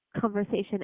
conversation